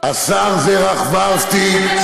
השר זרח ורהפטיג,